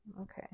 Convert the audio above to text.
Okay